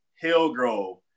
Hillgrove